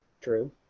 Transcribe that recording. True